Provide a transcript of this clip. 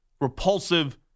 repulsive